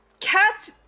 cat